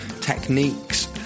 techniques